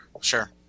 Sure